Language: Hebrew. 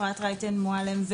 אפרת רייטן מרום,